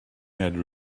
had